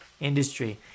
industry